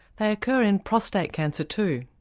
they occur in prostate cancer too.